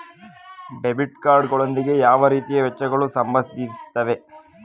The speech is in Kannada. ಡೆಬಿಟ್ ಕಾರ್ಡ್ ಗಳೊಂದಿಗೆ ಯಾವ ರೀತಿಯ ವೆಚ್ಚಗಳು ಸಂಬಂಧಿಸಿವೆ?